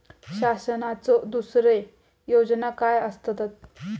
शासनाचो दुसरे योजना काय आसतत?